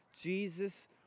Jesus